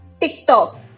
TikTok